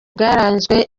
bwaranzwe